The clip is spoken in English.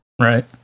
right